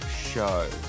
show